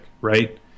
right